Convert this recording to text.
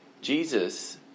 Jesus